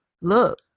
Look